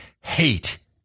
hate